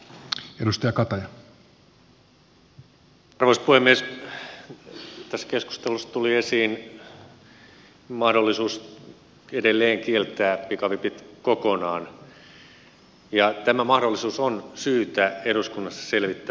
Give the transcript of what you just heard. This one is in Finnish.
tässä keskustelussa tuli esiin mahdollisuus edelleen kieltää pikavipit kokonaan ja tämä mahdollisuus on syytä eduskunnassa selvittää